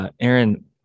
Aaron